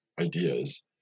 ideas